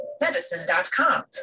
Medicine.com